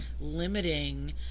limiting